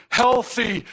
healthy